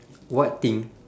what thing